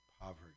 poverty